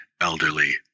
elderly